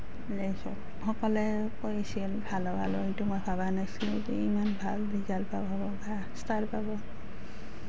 সকলে কৈছিল ভাল সেইটো মই ভবা নাছিলো যে ইমান ভাল ৰিজাল্ট এটা হ'ব বা ষ্টাৰ পাব